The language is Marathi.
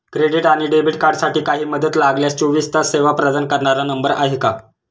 क्रेडिट आणि डेबिट कार्डसाठी काही मदत लागल्यास चोवीस तास सेवा प्रदान करणारा नंबर आहे का?